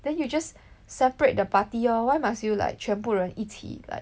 then you just separate the party lor why must you like 全部人一起 like